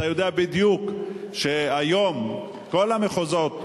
אתה יודע בדיוק שהיום כל המחוזות,